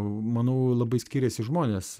manau labai skiriasi žmonės